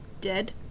Dead